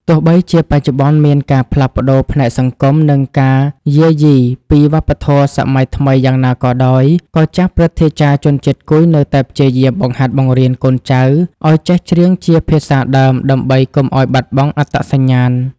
ទោះបីជាបច្ចុប្បន្នមានការផ្លាស់ប្តូរផ្នែកសង្គម និងការយាយីពីវប្បធម៌សម័យថ្មីយ៉ាងណាក៏ដោយ ក៏ចាស់ព្រឹទ្ធាចារ្យជនជាតិគុយនៅតែព្យាយាមបង្ហាត់បង្រៀនកូនចៅឱ្យចេះច្រៀងជាភាសាដើម ដើម្បីកុំឱ្យបាត់បង់អត្តសញ្ញាណ។